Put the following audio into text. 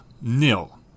nil